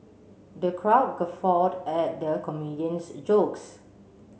the crowd guffawed at the comedian's jokes